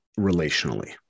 relationally